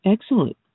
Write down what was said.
Excellent